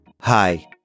Hi